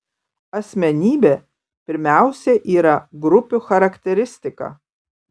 asmenybė pirmiausia yra grupių charakteristika